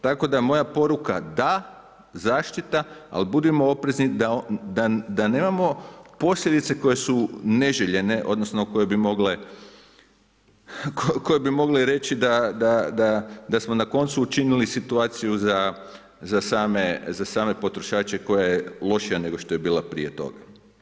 Tako da moja poruka da zaštita, ali budimo oprezni, da nemamo posljedice koje su neželjene, odnosno koje bi mogle reći da smo na koncu učinili situaciju za same potrošače koja je lošija nego što je bila prije toga.